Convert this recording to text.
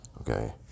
okay